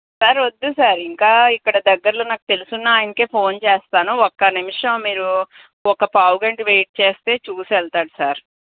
sir వద్దు sir ఇంకా ఇక్కడ దగ్గరలో నాకు తెలిసిన ఆయనకే ఫోన్ చేస్తాను ఒక్క నిమిషం మీరు ఒక పావు గంట వెయిట్ చేస్తే చూసి వెళ్తాడు సార్